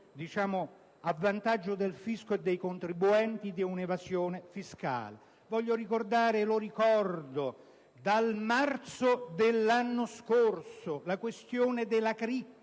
recupero a vantaggio del fisco e dei contribuenti di un'evasione fiscale. Voglio ricordare, e lo ricordo dal marzo dell'anno scorso, la questione della